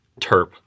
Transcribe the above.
terp